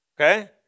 Okay